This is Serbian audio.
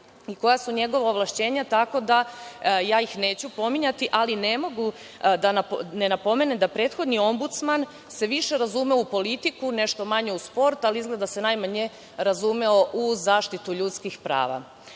i koja su njegova ovlašćenja, tako da ih neću pominjati, ali ne mogu da ne napomenem da se prethodni Ombudsman više razume u politiku, nešto manje u sport, ali izgleda da se najmanje razume u zaštitu ljudskih prava.